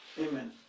Amen